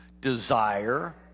Desire